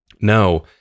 No